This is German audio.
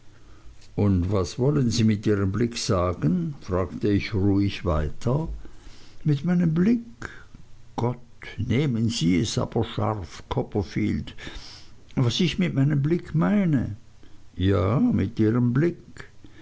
und was wollen sie mit ihrem blick sagen fragte ich ruhig weiter mit meinem blick gott nehmen sie es aber scharf copperfield was ich mit meinem blick meine ja mit ihrem blick